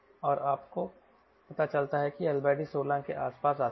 और आपको पता चलता है कि LD 16 के आसपास आता है